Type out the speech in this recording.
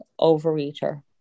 overeater